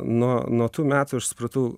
nuo nuo tų metų aš supratau